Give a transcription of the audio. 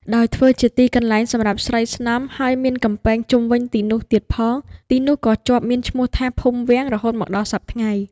ដោយធ្វើជាទីកន្លែងសម្រាប់ស្រីស្នំហើយមានកំពែងជុំវិញទីនោះទៀតផង ទីនោះក៏ជាប់មានឈ្មោះថា ភូមិវាំង រហូតមកដល់សព្វថ្ងៃ ។